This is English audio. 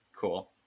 cool